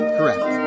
Correct